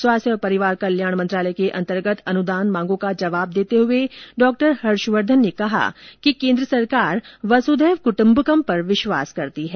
स्वास्थ्य और परिवार कल्याण मंत्रालय के अंतर्गत अनुदान मांगों का जवाब देते हुए डॉ हर्षवर्धन ने कहा कि केन्द्र सरकार वसुधेव क्टम्बकम पर विश्वास करती है